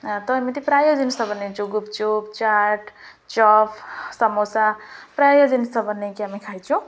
ତ ଏମିତି ପ୍ରାୟ ଜିନିଷ ବନାଇଛୁ ଗୁପଚୁପ ଚାଟ ଚପ୍ ସମୋସା ପ୍ରାୟ ଜିନିଷ ବନାଇକି ଆମେ ଖାଇଛୁ